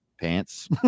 pants